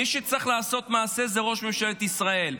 מי שצריך לעשות מעשה הוא ראש ממשלת ישראל,